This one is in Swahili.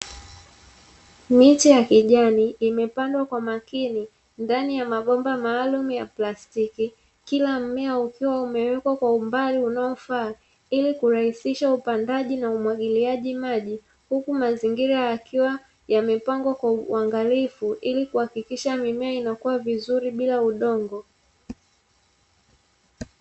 Miche ya kijani imepandwa kwa makini ndani ya mabomba maalumu ya plastiki, kila mmea ukiwa umewekwa kwa umbali unaofaa ili kurahisisha upandaji na umwagiliaji maji, huku mazingira yakiwa yamepangwa kwa uangalifu ili kuhakikisha mimea inakua vizuri bila udongo.